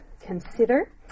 consider